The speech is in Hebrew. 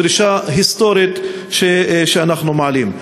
דרישה היסטורית שאנחנו מעלים.